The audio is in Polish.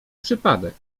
przypadek